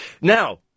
Now